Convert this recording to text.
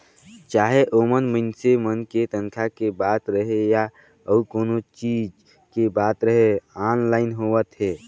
चाहे ओमन मइनसे मन के तनखा के बात रहें या अउ कोनो चीच के बात रहे आनलाईन होवत हे